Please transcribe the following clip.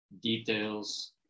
details